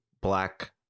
black